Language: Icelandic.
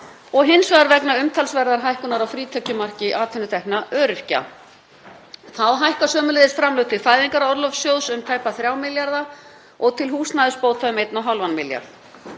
og hins vegar vegna umtalsverðrar hækkunar á frítekjumarki atvinnutekna öryrkja. Þá hækka sömuleiðis framlög til Fæðingarorlofssjóðs um tæpa 3 milljarða og til húsnæðisbóta um 1,5 milljarða.